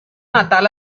natal